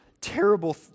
Terrible